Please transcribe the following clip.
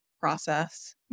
process